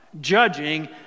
Judging